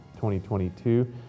2022